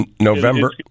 November